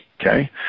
okay